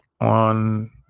on